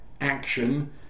action